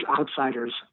outsiders